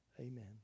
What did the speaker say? Amen